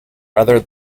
rather